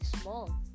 small